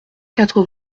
quatre